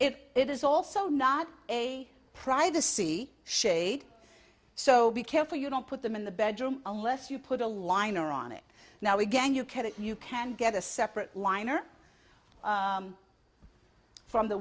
if it is also not a privacy shade so be careful you don't put them in the bedroom unless you put a liner on it now again you can if you can get a separate line or from the